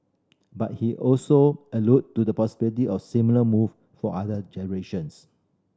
but he also alluded to the possibility of similar move for other generations